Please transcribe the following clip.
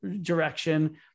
direction